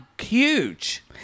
huge